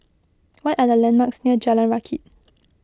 what are the landmarks near Jalan Rakit